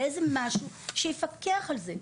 יהיה איזה משהו שיפקח על זה.